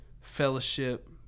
Fellowship